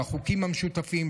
בחוקים המשותפים,